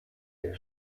der